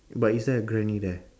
but is there a granny there